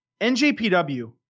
NJPW